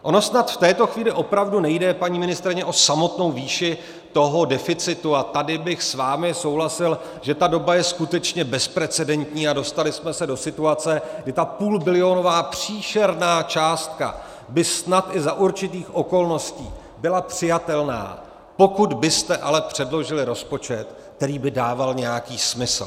Ono snad v této chvíli opravdu nejde, paní ministryně, o samotnou výši toho deficitu a tady bych s vámi souhlasil, že ta doba je skutečně bezprecedentní a dostali jsme se do situace, kdy ta půlbilionová příšerná částka by snad i za určitých okolností byla přijatelná , pokud byste ale předložili rozpočet, který by dával nějaký smysl.